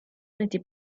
n’était